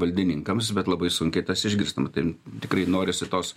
valdininkams bet labai sunkiai tas išgirstama tai tikrai norisi tos